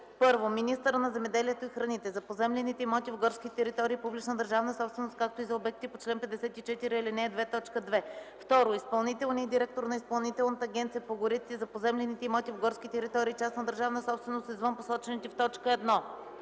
1. министъра на земеделието и храните – за поземлените имоти в горските територии - публична държавна собственост, както и за обектите по чл. 54, ал. 2, т. 2; 2. изпълнителния директор на Изпълнителната агенция по горите – за поземлените имоти в горски територии - частна държавна собственост, извън посочените в т. 1;